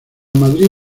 madrid